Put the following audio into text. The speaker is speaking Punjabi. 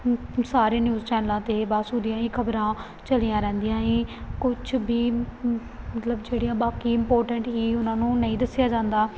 ਸਾਰੇ ਨਿਊਜ਼ ਚੈਨਲਾਂ 'ਤੇ ਬਸ ਉਹਦੀਆਂ ਸੀ ਖ਼ਬਰਾਂ ਚੱਲੀਆਂ ਰਹਿੰਦੀਆਂ ਸੀ ਕੁਛ ਵੀ ਮਤਲਬ ਜਿਹੜੀਆਂ ਬਾਕੀ ਇੰਪੋਰਟੈਂਟ ਸੀ ਉਹਨਾਂ ਨੂੰ ਨਹੀਂ ਦੱਸਿਆ ਜਾਂਦਾ